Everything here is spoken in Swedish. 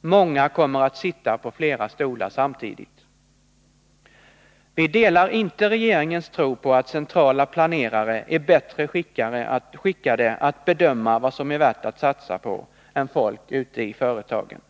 Många kommer att sitta på flera stolar samtidigt. Vi delar inte regeringens tro på att centrala planerare är bättre skickade att bedöma vad som är värt att satsa på än folk ute i företagen.